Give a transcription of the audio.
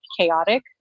chaotic